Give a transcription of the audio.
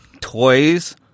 toys